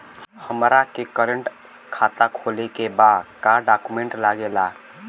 हमारा के करेंट खाता खोले के बा का डॉक्यूमेंट लागेला?